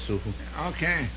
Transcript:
Okay